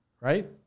right